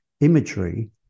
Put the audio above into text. imagery